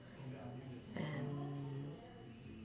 and